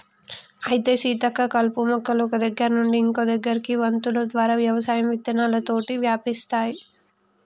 అయితే సీతక్క కలుపు మొక్కలు ఒక్క దగ్గర నుండి ఇంకో దగ్గరకి వొంతులు ద్వారా వ్యవసాయం విత్తనాలతోటి వ్యాపిస్తాయి